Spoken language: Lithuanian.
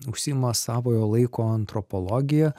užsiima savojo laiko antropologija